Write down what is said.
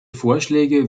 vorschläge